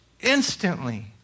Instantly